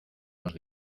los